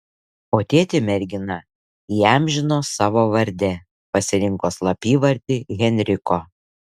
o tėtį mergina įamžino savo varde pasirinko slapyvardį henriko